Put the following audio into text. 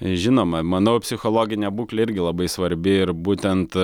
žinoma manau psichologinė būklė irgi labai svarbi ir būtent